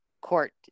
court